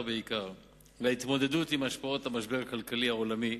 בעיקר היא להתמודד עם השפעות המשבר הכלכלי העולמי,